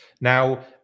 Now